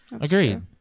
Agreed